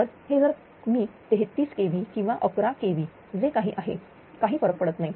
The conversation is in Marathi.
तर हे जर मी 33 kV किंवा 11 kV जे काही आहे काही फरक पडत नाही